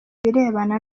birebana